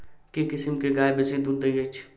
केँ किसिम केँ गाय बेसी दुध दइ अछि?